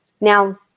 Now